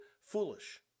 foolish